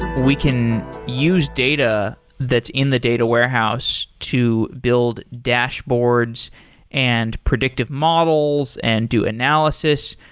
we can use data that's in the data warehouse to build dashboards and predictive models and do analysis.